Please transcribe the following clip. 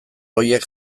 horiek